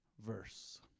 verse